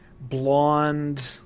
blonde